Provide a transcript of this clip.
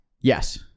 yes